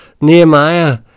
Nehemiah